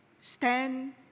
stand